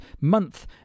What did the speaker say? month